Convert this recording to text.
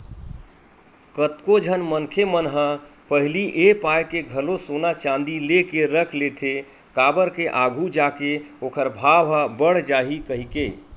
कतको झन मनखे मन ह पहिली ए पाय के घलो सोना चांदी लेके रख लेथे काबर के आघू जाके ओखर भाव ह बड़ जाही कहिके